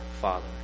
Father